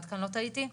עד כאן לא טעיתי?